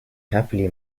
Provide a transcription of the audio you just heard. happily